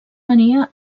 venia